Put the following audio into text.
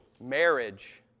Marriage